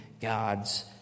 God's